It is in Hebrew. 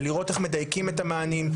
בלראות איך מדייקים את המענים,